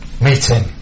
Meeting